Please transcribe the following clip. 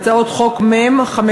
הצעת חוק מ/570.